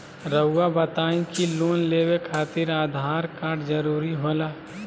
रौआ बताई की लोन लेवे खातिर आधार कार्ड जरूरी होला?